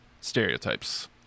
stereotypes